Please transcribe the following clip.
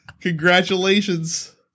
congratulations